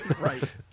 Right